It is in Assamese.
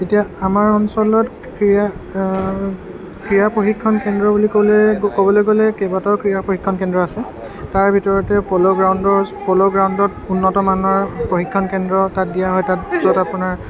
এতিয়া আমাৰ অঞ্চলত ক্ৰীড়া ক্ৰীড়া প্ৰশিক্ষণ কেন্দ্ৰ বুলি ক'লে ক'বলৈ গ'লে কেইবাটাও ক্ৰীড়া প্ৰশিক্ষণ কেন্দ্ৰ আছে তাৰে ভিতৰতে প'ল' গ্ৰাউণ্ডৰ প'ল' গ্ৰাউণ্ডত উন্নত মানৰ প্ৰশিক্ষণ কেন্দ্ৰ তাত দিয়া হয় তাত য'ত আপোনাৰ